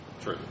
True